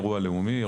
אירוע לאומי,